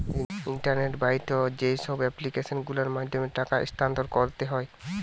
internet বাহিত যেইসব application গুলোর মাধ্যমে টাকা স্থানান্তর করতে হয়